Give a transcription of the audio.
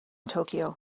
tokyo